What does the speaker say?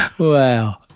Wow